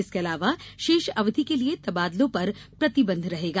इसके अलावा शेष अवधि के लिए तबादलों पर प्रतिबंध रहेगा